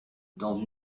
dans